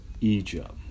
Egypt